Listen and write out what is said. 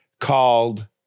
called